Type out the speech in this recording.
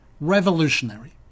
Revolutionary